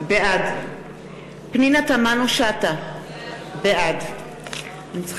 בעד פנינה תמנו-שטה, בעד אנחנו,